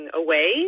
away